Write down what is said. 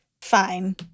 fine